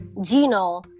Gino